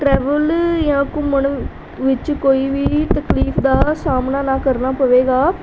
travel ਜਾਂ ਘੁੰਮਣ ਵਿੱਚ ਕੋਈ ਵੀ ਤਕਲੀਫ ਦਾ ਸਾਹਮਣਾ ਨਾ ਕਰਨਾ ਪਵੇਗਾ